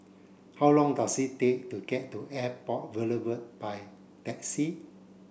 how long does it take to get to Airport Boulevard by taxi